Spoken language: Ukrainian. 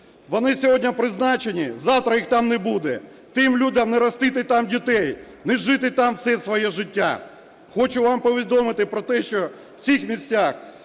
Вони сьогодні призначені, завтра їх там не буде, тим людям не ростити дітей, не жити там все своє життя. Хочу вам повідомити про те, що в цих містах